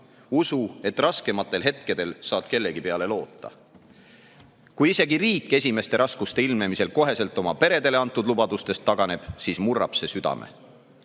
usu, et raskematel hetkedel saad kellegi peale loota. Kui isegi riik esimeste raskuste ilmnemisel koheselt oma peredele antud lubadustest taganeb, siis murrab see südame.